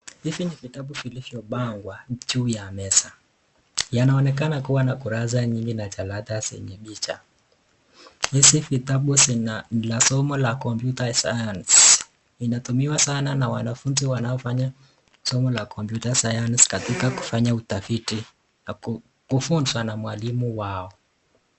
Hizi ni vitabu zilizopangwa juu ya meza. Yanaonekana kua na kurasa mingi na jalada zenye picha. Hizi vitabu ni la somo la computer science . Inatumiwa sana na wanafunzi wanaofanya somo la computer science kufanya utafiti na kufunzwa na mwalimu wao.